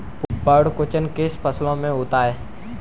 पर्ण कुंचन किन फसलों में होता है?